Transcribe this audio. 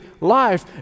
life